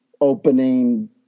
opening